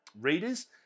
readers